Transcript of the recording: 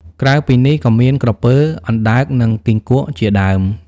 ក្រៅពីនេះក៏មាន ក្រពើ អណ្ដើក និង គីង្គក់ ជាដើម។